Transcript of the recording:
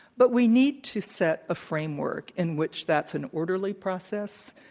but we need to set a framework in which that's an orderly process,